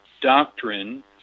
doctrine